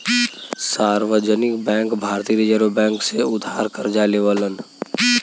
सार्वजनिक बैंक भारतीय reserve bank से उधार करजा लेवलन